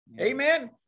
Amen